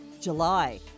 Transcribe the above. july